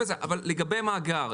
אבל לגבי המאגר,